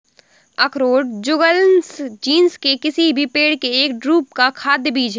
अखरोट Juglans genus के किसी भी पेड़ के एक ड्रूप का खाद्य बीज है